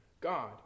God